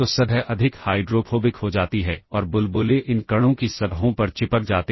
हम PSW register को stack में पुश कर सकते हैं